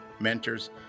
mentors